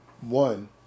One